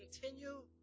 continue